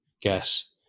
gas